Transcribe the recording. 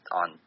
on